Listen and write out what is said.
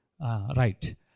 Right